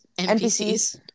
NPCs